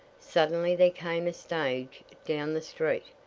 suddenly there came a stage down the street,